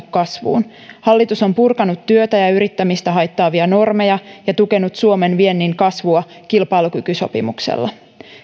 kasvuun hallitus on purkanut työtä ja yrittämistä haittaavia normeja ja tukenut suomen viennin kasvua kilpailukykysopimuksella